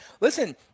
Listen